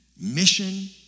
mission